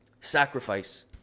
sacrifice